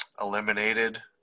eliminated